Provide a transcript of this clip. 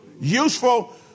Useful